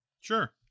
Sure